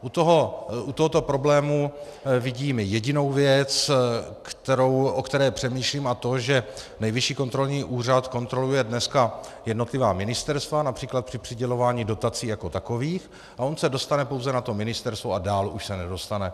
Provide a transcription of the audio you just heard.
U tohoto problému vidím jedinou věc, o které přemýšlím, a to že Nejvyšší kontrolní úřad kontroluje dneska jednotlivá ministerstva, například při přidělování dotací jako takových, a on se dostane pouze na to ministerstvo a dál už se nedostane.